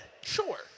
Sure